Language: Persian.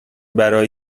برای